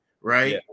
right